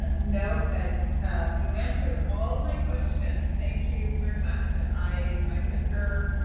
ah no, but you answered all my questions. thank you very much. ah i concur,